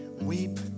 Weep